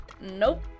Nope